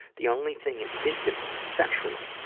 the only thing it did to me, sexually,